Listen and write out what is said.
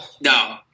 No